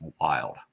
wild